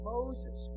Moses